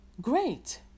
great